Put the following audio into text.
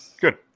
Good